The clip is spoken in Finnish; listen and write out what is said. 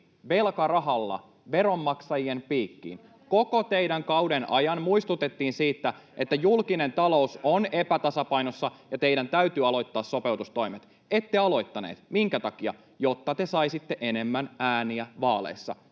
Te vaan esititte lisää menoja!] Koko teidän kauden ajan muistutettiin siitä, että julkinen talous on epätasapainossa ja teidän täytyy aloittaa sopeutustoimet. Ette aloittaneet. Minkä takia? Jotta te saisitte enemmän ääniä vaaleissa.